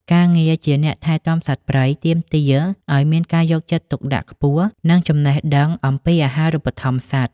ការងារជាអ្នកថែទាំសត្វព្រៃ ទាមទារឱ្យមានការយកចិត្តទុកដាក់ខ្ពស់ និងចំណេះដឹងអំពីអាហារូបត្ថម្ភសត្វ។